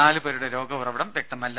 നാലു പേരുടെ രോഗ ഉറവിടം വ്യക്തമല്ല